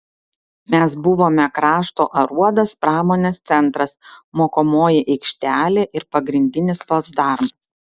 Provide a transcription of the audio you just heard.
mes buvome krašto aruodas pramonės centras mokomoji aikštelė ir pagrindinis placdarmas